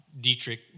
Dietrich